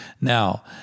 Now